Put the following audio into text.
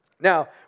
Now